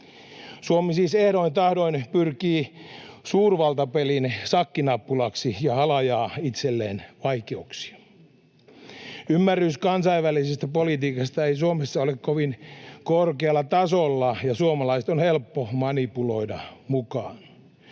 Suomi siis ehdoin tahdoin pyrkii suurvaltapelin šakkinappulaksi ja halajaa itselleen vaikeuksia. Ymmärrys kansainvälisestä politiikasta ei Suomessa ole kovin korkealla tasolla, ja suomalaiset on helppo manipuloida mukaan.